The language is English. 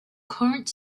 current